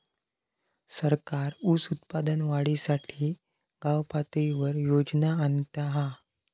सरकार ऊस उत्पादन वाढीसाठी गावपातळीवर योजना आणता हा